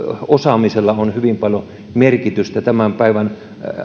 osaamisella on hyvin paljon merkitystä tämän päivän